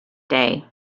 day